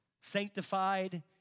sanctified